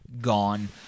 gone